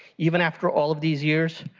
even after all of these years,